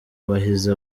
bahize